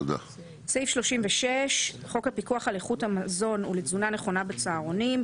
תיקון חוק36.בחוק לפיקוח על איכות המזון ולתזונה נכונה בצהרונים,